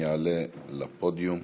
שיעלה לפודיום.